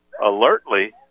Alertly